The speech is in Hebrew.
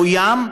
מאוים,